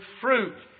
fruit